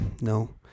no